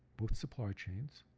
both supply chains.